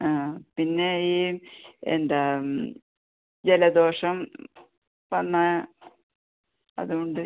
ആ പിന്നെ ഈ എന്താണ് ജലദോഷം വന്നാൽ അതുകൊണ്ട്